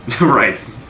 Right